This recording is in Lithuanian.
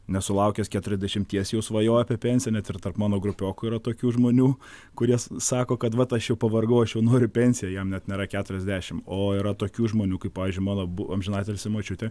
nesulaukęs keturiasdešimties jau svajoja apie pensiją net ir tarp mano grupiokų yra tokių žmonių kurie sako kad vat aš jau pavargau aš jau noriu į pensiją jam net nėra keturiasdešimt o yra tokių žmonių kaip pavyzdžiui mano amžinatilsį močiutė